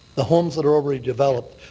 the homes that are already developed,